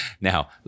Now